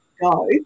go